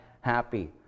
happy